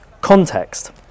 context